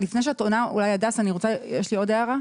לפני שאת עונה, יש לי עוד הערה.